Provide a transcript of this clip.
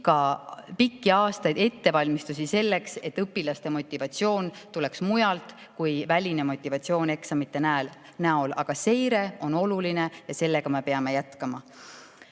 pikki aastaid ettevalmistusi selleks, et õpilaste motivatsioon oleks mujal kui välises motivatsioonis eksamite näol. Aga seire on oluline ja sellega me peame jätkama.